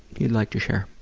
you'd like to share?